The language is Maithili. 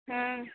हँ